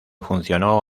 funcionó